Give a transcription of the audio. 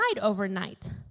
overnight